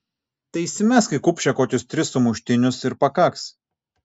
tai įsimesk į kupšę kokius tris sumuštinius ir pakaks